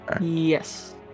Yes